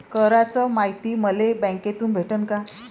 कराच मायती मले बँकेतून भेटन का?